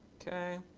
ok.